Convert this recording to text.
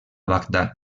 bagdad